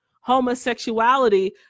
homosexuality